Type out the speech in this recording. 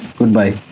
goodbye